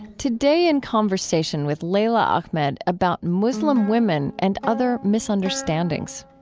today in conversation with leila ahmed about muslim women and other misunderstandings.